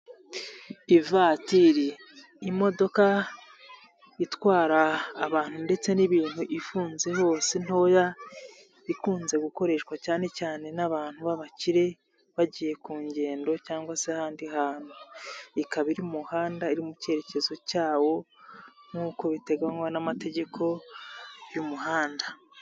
Ivatiri, imodoka itwara abantu ndetse n'ibintu ifunze hose ntoya, ikunze gukoreshwa cyane cyane n'abantu b'abakire bagiye ku ngendo cyangwa se ahandi hantu. Ikaba iri mu muhanda iri mu cyerekezo cyawo nkuko biteganywa n'amategeko y'umuhanda.